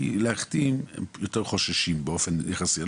כי לחתום הם יותר חוששים באופן יחסי,